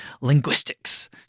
linguistics